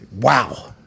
Wow